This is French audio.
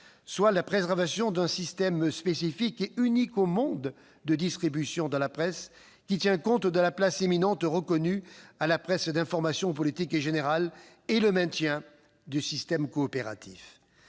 : la préservation d'un système spécifique et unique au monde de distribution de la presse, qui tient compte de la place éminente reconnue à la presse d'information politique et générale, et le maintien du système coopératif.